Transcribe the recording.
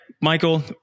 Michael